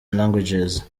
languages